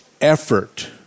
effort